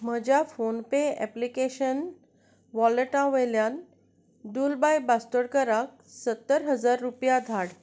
म्हज्या PhonePe application वॉलटा वयल्यान डुलबाय बास्तोडकराक सत्तर हजार रुपया धाड